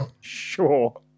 Sure